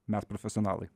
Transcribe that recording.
mes profesionalai